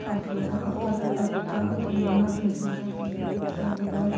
ꯑꯐꯕ ꯑꯄꯠ ꯑꯄꯨꯝꯕ ꯃꯆꯤꯟꯖꯥꯛ ꯀꯌꯥ ꯄꯤꯖꯕꯤꯔꯣꯏ